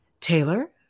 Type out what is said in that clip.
Taylor